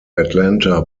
atlanta